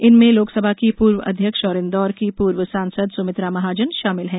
इनमें लोकसभा की पूर्व अध्यक्ष और इंदौर की पूर्व सांसद सुमित्रा महाजन शामिल हैं